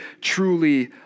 truly